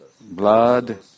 blood